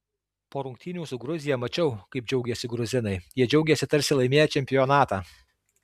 po rungtynių su gruzija mačiau kaip džiaugėsi gruzinai jie džiaugėsi tarsi laimėję čempionatą